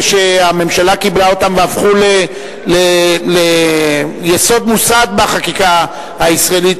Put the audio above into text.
שהממשלה קיבלה אותן והן הפכו ליסוד מוסד בחקיקה הישראלית.